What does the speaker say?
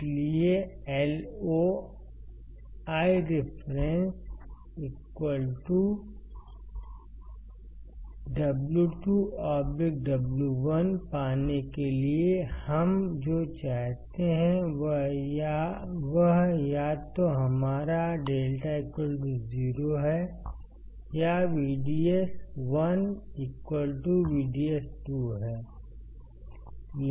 इसलिए IoIreference W2W1 पाने के लिए हम जो चाहते हैं वह या तो हमारा λ 0 है या VDS1VDS2 है